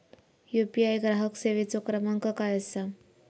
UPI ग्राहक सेवेचो क्रमांक काय असा?